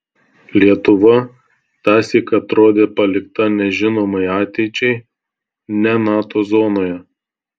lietuva tąsyk atrodė palikta nežinomai ateičiai ne nato zonoje